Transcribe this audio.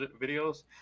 videos